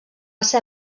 ser